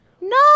No